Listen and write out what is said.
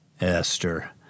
esther